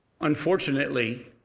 Unfortunately